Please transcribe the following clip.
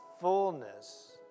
fullness